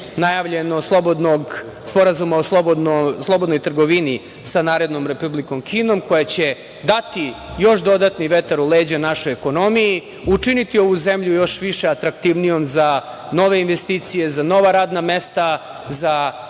najavljeno sporazuma o slobodnoj trgovini sa Narodnom republikom Kinom koja će dati još dodatni vetar u leđa našoj ekonomiji, učiniti ovu zemlju još više atraktivnijim za nove investicije, za nova radna mesta, za